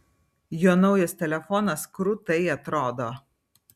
jo naujas telefonas krūtai atrodo